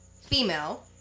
Female